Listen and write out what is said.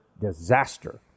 disaster